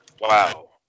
Wow